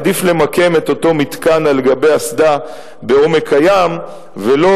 עדיף למקם את אותו מתקן על גבי אסדה בעומק הים ולא